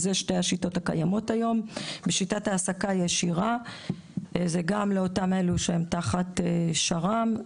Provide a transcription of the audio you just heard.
שיטת העסקה ישירה היא גם עבור אלה שנמצאים תחת שר"מ,